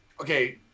Okay